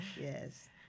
Yes